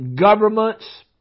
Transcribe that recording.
governments